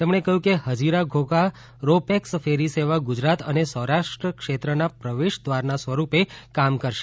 તેમણે કહ્યું કે Hazira Ghogha ro pax ferry સેવા ગુજરાત અને સૌરાષ્ટ્ર ક્ષેત્રના પ્રવેશદ્વારના સ્વરૂપે કામ કરશે